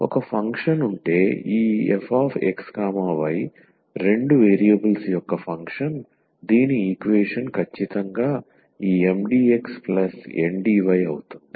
ఒక ఫంక్షన్ ఉంటే ఈ fxy రెండు వేరియబుల్స్ యొక్క ఫంక్షన్ దీని ఈక్వేషన్ ఖచ్చితంగా ఈ 𝑀𝑑𝑥 𝑁𝑑𝑦 అవుతుంది